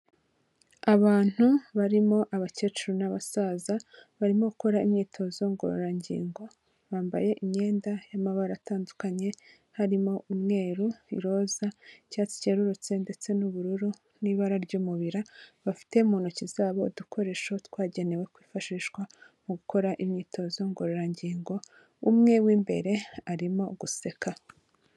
Abantu barimo abakecuru n'abasaza barimo gukora imyitozo ngororangingo bambaye imyenda y'amabara atandukanye, harimo umweru, roza, icyatsi cyerurutse ndetse n'ubururu n'ibara ry'umubirira bafite mu ntoki zabo udukoresho twagenewe kwifashishwa mu gukora imyitozo ngororangingo, umwe w'imbere arimo guseka.